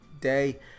day